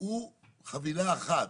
הוא חבילה אחת,